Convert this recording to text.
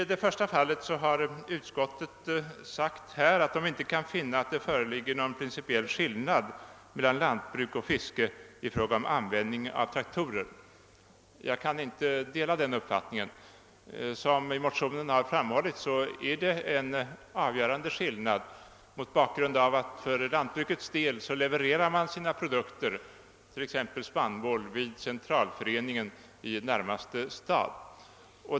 I det första fallet har utskottet sagt att det inte kan finna att det föreligger någon principiell skillnad mellan lantbruk och fiske i fråga om användning av traktorer. Jag kan inte dela den uppfattningen. Som i motionen framhållits ligger en avgörande skillnad däri att lantbruket levererar sina produkter, t.ex. spannmål, vid centralföreningen 1 närmaste stad.